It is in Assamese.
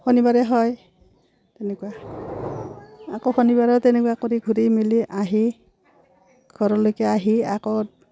শনিবাৰোৰে হয় তেনেকুৱা আকৌ শনিবাৰেও তেনেকুৱা কৰি ঘূৰি মেলি আহি ঘৰলৈকে আহি আকৌ